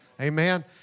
Amen